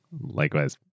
Likewise